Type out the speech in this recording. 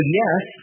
yes